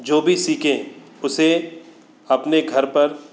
जो भी सीखे उसे अपने घर पर